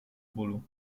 bólu